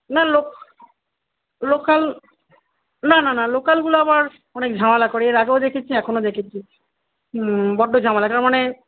না লোকাল না না না লোকালগুলো আবার অনেক ঝামেলা করে এর আগেও দেখেছি এখনও দেখেছি হুম বড্ড ঝামেলা এটার মানে